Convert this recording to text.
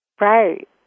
Right